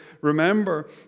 remember